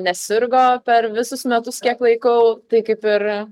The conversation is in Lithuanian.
nesirgo per visus metus kiek laikau tai kaip ir